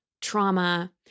trauma